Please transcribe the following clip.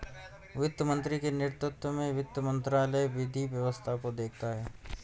वित्त मंत्री के नेतृत्व में वित्त मंत्रालय विधि व्यवस्था को देखता है